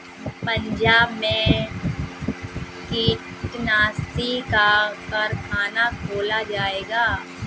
पंजाब में कीटनाशी का कारख़ाना खोला जाएगा